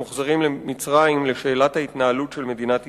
מוחזרים למצרים לשאלת ההתנהלות של מדינת ישראל?